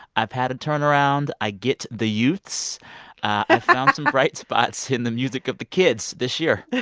i've had a turnaround. i get the youths i found some bright spots in the music of the kids this year